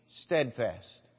steadfast